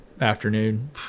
afternoon